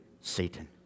Satan